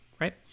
right